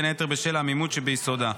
בין היתר בשל העמימות שביסודה.